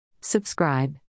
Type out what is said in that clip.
Subscribe